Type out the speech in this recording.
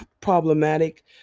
Problematic